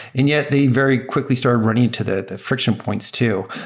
and yet the very quickly started running to the the friction points too.